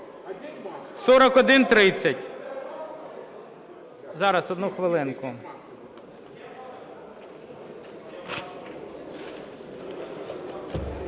4130. Зараз, одну хвилинку.